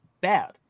bad